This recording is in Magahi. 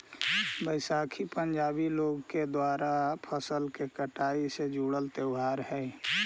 बैसाखी पंजाबी लोग द्वारा फसल के कटाई से जुड़ल त्योहार हइ